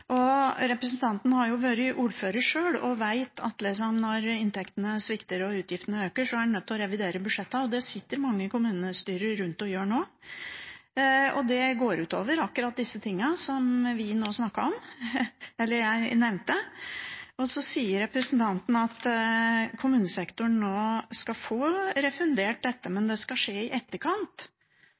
Representanten har vært ordfører sjøl og vet at når inntektene svikter og utgiftene øker, er en nødt til å revidere budsjettene. Det sitter mange kommunestyrer og gjør nå. Det går ut over akkurat disse tingene som jeg nevnte. Representanten sier at kommunesektoren nå skal få refundert dette, men det skal skje i etterkant.